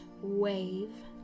wave